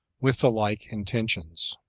with the like intentions.